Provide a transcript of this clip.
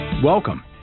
Welcome